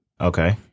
Okay